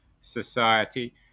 society